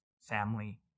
family